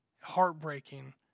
Heartbreaking